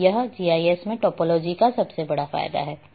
और यही जीआईएस में टोपोलॉजी का सबसे बड़ा फायदा है